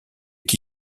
qui